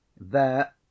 There